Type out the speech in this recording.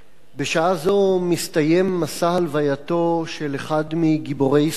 בשעה זו מסתיים מסע הלווייתו של אחד מגיבורי ישראל,